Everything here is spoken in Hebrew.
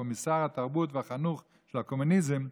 קומיסר התרבות והחינוך של הקומוניזם,